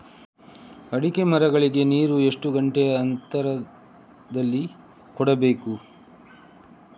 ಅಡಿಕೆ ಮರಗಳಿಗೆ ನೀರು ಎಷ್ಟು ಗಂಟೆಯ ಅಂತರದಲಿ ಕೊಡಬೇಕು?